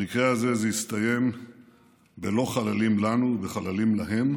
במקרה הזה זה הסתיים בלא חללים לנו וחללים להם,